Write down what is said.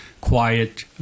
quiet